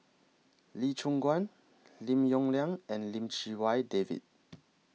Lee Choon Guan Lim Yong Liang and Lim Chee Wai David